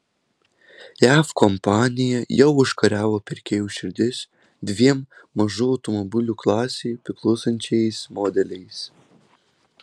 jav kompanija jau užkariavo pirkėjų širdis dviem mažų automobilių klasei priklausančiais modeliais